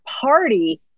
party